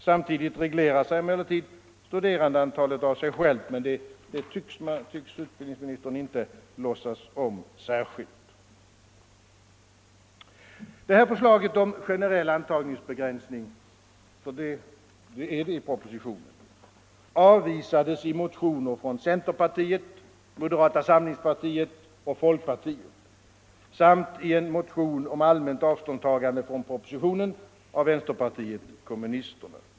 Samtidigt reglerar sig emellertid studerandeantalet av sig självt, men det tycks utbildningsministern inte låtsas om. Förslaget om generell antagningsbegränsning —- för det är vad det är fråga om i propositionen — avvisades i motioner från centerpartiet, moderata samlingspartiet och folkpartiet samt i en motion om allmänt avståndstagande från propositionen av vänsterpartiet kommunisterna.